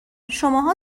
شماها